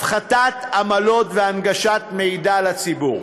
הפחתת עמלות והנגשת מידע לציבור.